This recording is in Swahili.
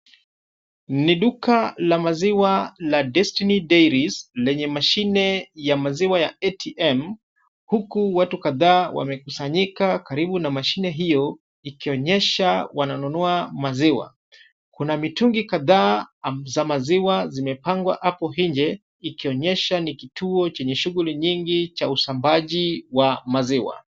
Ni duka la maziwa la Destiny Dairies, lenye mashine ya maziwa ya ATM , huku watu kadhaa wamekusanyika karibu na mashine hiyo, ikionyesha wananunua maziwa. Kuna mitungi kadhaa za maziwa zimepangwa hapo nje, ikionyesha ni kituo chenye shughuli nyingu cha usambazaji wa maziwa.